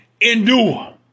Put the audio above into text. endure